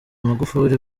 magufuli